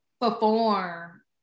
Perform